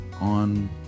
on